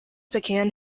began